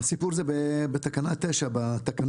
הסיפור זה בתקנה 9 בתקנות,